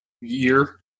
year